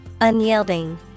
unyielding